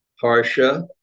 Harsha